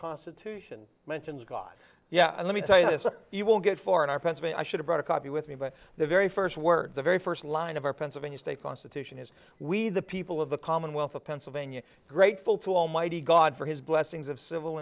constitution mentions god yeah let me tell you this you will get far in our president i should have brought a copy with me but the very first word the very first line of our pennsylvania state constitution is we the people of the commonwealth of pennsylvania grateful to almighty god for his blessings of civil